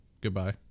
goodbye